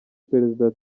perezida